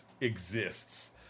exists